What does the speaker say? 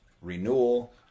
renewal